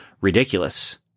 ridiculous